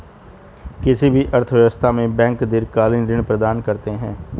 किसी भी अर्थव्यवस्था में बैंक दीर्घकालिक ऋण प्रदान करते हैं